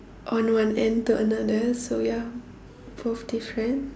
on one end to another so ya both different